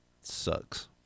sucks